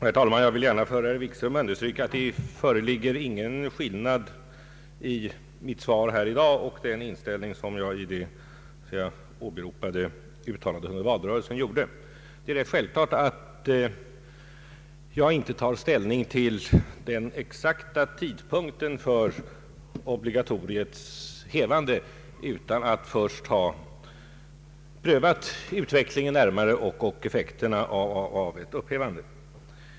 Herr talman! Jag vill gärna understryka för herr Wikström att det inte föreligger någon skillnad mellan mitt svar i dag och det åberopade uttalandet som jag gjorde under valrörelsen. Det är rätt självklart att jag inte tar ställ ning till den exakta tidpunkten för obligatoriets upphävande utan att först ha följt utvecklingen och prövat effekterna av ett upphävande.